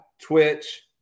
Twitch